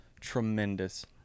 tremendous